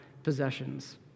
possessions